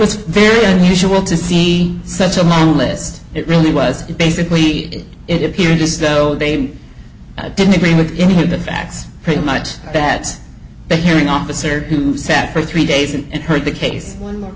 was very unusual to see such a long list it really was basically it appeared as though they didn't agree with any of the facts pretty much that the hearing officer who sat for three days and heard the case one more